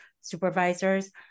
supervisors